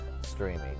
streaming